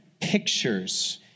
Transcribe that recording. pictures